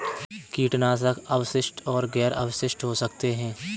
कीटनाशक अवशिष्ट और गैर अवशिष्ट हो सकते हैं